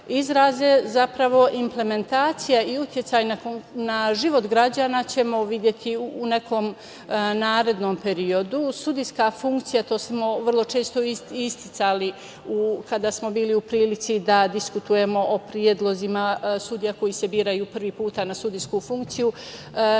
izraze, zapravo implementacija i uticaj na život građana ćemo videti u nekom narednom periodu. Sudijska funkcija, to smo vrlo često isticali kada smo bili u prilici da diskutujemo o predlozima sudija koji se biraju prvi put na sudijsku funkciju,